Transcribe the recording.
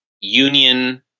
union